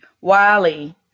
Wiley